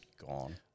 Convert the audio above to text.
gone